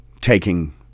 taking